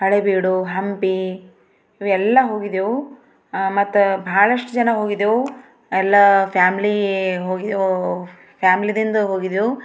ಹಳೆಬೀಡು ಹಂಪಿ ಇವೆಲ್ಲ ಹೋಗಿದ್ದೆವು ಮತ್ತೆ ಭಾಳಷ್ಟು ಜನ ಹೋಗಿದ್ದೆವು ಎಲ್ಲ ಫ್ಯಾಮ್ಲಿ ಹೋಗಿದ್ದೆವು ಫ್ಯಾಮಿಲಿಯಿಂದ ಹೋಗಿದ್ದೆವು